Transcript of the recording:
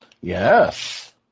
Yes